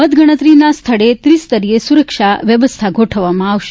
મતગણતરીના સ્થળે ત્રિસ્તરીય સુરક્ષા વ્યવસ્થા ગોઠવવામાં આવશે